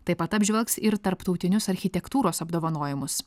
taip pat apžvelgs ir tarptautinius architektūros apdovanojimus